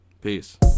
Peace